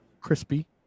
Crispy